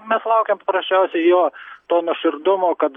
mes laukiam paprasčiausiai jo to nuoširdumo kad